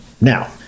Now